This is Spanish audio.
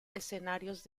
escenarios